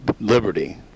Liberty